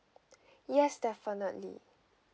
yes definitely